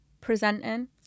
presenting